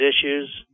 issues